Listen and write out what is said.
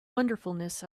wonderfulness